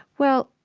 well,